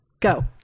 go